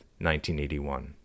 1981